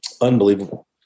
Unbelievable